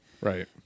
Right